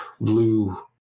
blue